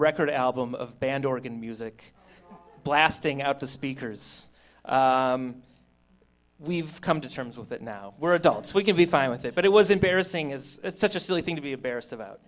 record album of band organ music blasting out the speakers we've come to terms with it now we're adults we can be fine with it but it was embarrassing is such a silly thing to be embarrassed about